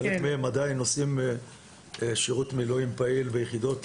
חלק מהם עדיין עושים שירות מילואים פעיל ביחידות